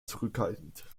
zurückhaltend